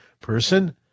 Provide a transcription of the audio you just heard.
person